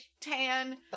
tan